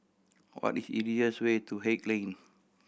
what is the easiest way to Haig Lane